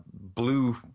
blue